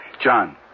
John